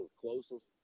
closest